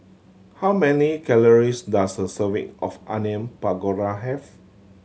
how many calories does a serving of Onion Pakora have